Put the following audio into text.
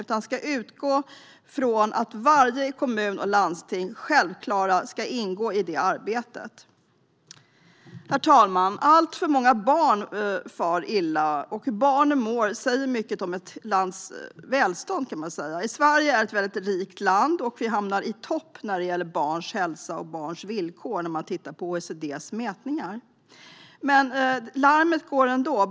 Utgångspunkten ska vara att varje kommun och landsting självklart ska ingå i det arbetet. Herr talman! Alltför många barn far illa. Hur barnen mår säger mycket om ett lands välstånd. Sverige är ett väldigt rikt land. Vi hamnar i topp när det gäller barns hälsa och barns villkor när man tittar på OECD:s mätningar. Men larmet går ändå.